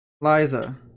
Liza